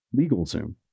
LegalZoom